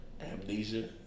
Amnesia